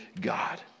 God